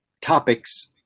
topics